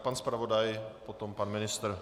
Pan zpravodaj, potom pan ministr.